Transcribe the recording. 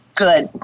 Good